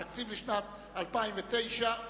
התקציב לשנת 2009 אושר.